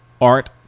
Art